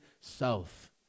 south